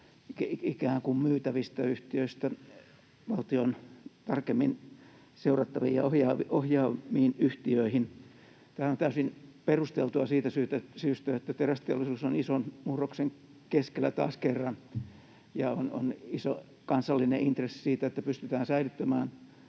ikään kuin myytävistä yhtiöistä valtion tarkemmin seurattaviin ja ohjaamiin yhtiöihin. Tämä on täysin perusteltua siitä syystä, että terästeollisuus on ison murroksen keskellä taas kerran, ja on iso kansallinen intressi siitä, että pystytään säilyttämään